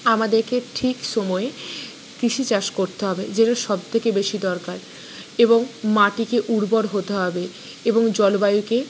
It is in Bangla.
আমাদেরকে ঠিক সময় কৃষি চাষ করতে হবে যেটা সব থেকে বেশি দরকার এবং মাটিকে উর্বর হতে হবে এবং জলবায়ুকে